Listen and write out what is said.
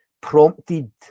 prompted